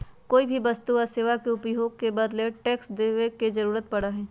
कोई वस्तु या सेवा के उपभोग के बदले टैक्स देवे के जरुरत पड़ा हई